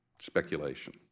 speculation